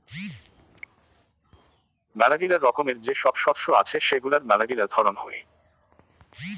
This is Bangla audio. মেলাগিলা রকমের যে সব শস্য আছে সেগুলার মেলাগিলা ধরন হই